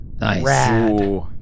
Nice